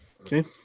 Okay